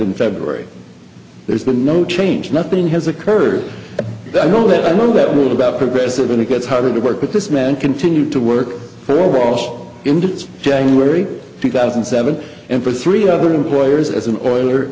in february there's been no change nothing has occurred that i know that i know that was about progressive and it gets harder to work with this man continue to work for all intents january two thousand and seven and for three other employers as an oil